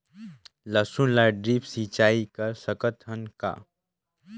लसुन ल ड्रिप सिंचाई कर सकत हन का?